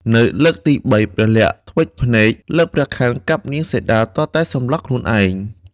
នៅលើទីបីព្រះលក្សណ៍ធ្មេចភ្នែក លើកព្រះខ័នកាប់នាងសីតាទាល់តែសន្លប់ខ្លួនឯង។